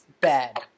bed